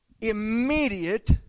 Immediate